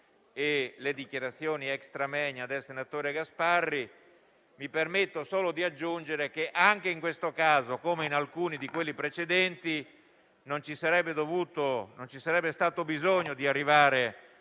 e le dichiarazioni *extra moenia* del senatore Gasparri. Mi permetto solo di aggiungere che, anche in questo caso, come in alcuni di quelli precedenti, non avrebbe dovuto esserci bisogno di arrivare